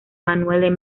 manuel